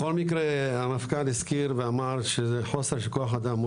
בכל מקרה המפכ"ל הזכיר ואמר שזה חוסר של כוח אדם.